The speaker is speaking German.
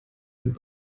sind